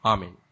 Amen